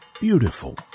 beautiful